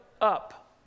up